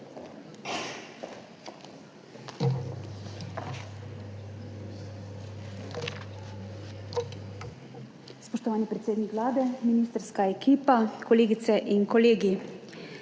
Spoštovani predsednik Vlade, ministrska ekipa, kolegice in kolegi!